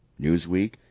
Newsweek